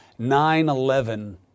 9-11